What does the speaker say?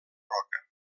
roca